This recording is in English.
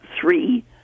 three